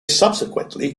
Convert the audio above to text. subsequently